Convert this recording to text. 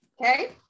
Okay